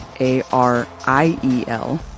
A-R-I-E-L